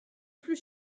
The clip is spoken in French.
plus